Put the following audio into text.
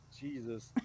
Jesus